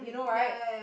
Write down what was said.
you know right